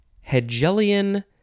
hegelian